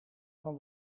van